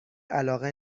علاقه